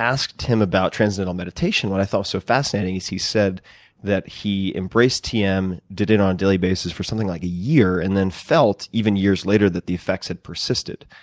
asked him about transcendental meditation what i thought so fascinating is he said that he embraced tm, did it on a daily basis for something like a year, and then felt, even years later, that the effects had persisted.